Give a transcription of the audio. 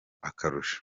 akarusho